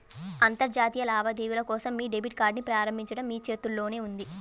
అంతర్జాతీయ లావాదేవీల కోసం మీ డెబిట్ కార్డ్ని ప్రారంభించడం మీ చేతుల్లోనే ఉంది